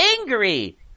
angry